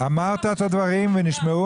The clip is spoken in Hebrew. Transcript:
אתם רוצים שהם כולם יתפטרו?